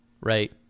Right